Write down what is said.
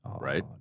right